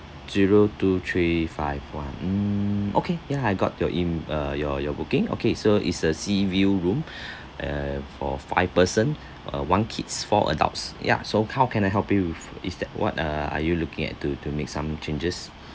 zero two three five one mm okay ya I got your em~ uh your your booking okay so is a sea view room uh for five person uh one kids four adults yeah so how can I help you with is that what uh are you looking at to to make some changes